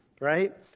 right